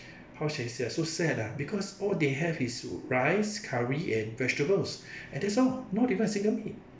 how should I say ah so sad ah because all they have is rice curry and vegetables and that's all not even a single meat